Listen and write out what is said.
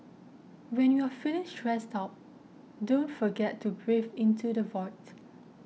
when you are feeling stressed out don't forget to breathe into the void